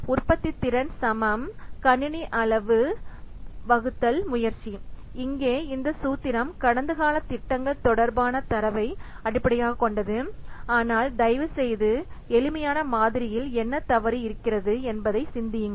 உற்பத்தித்திறன் கணினி அளவு முயற்சி இங்கே இந்த சூத்திரம் கடந்த கால திட்டங்கள் தொடர்பான தரவை அடிப்படையாகக் கொண்டது ஆனால் தயவுசெய்து எளிமையான மாதிரியில் என்ன தவறு இருக்கிறது என்று சிந்தியுங்கள்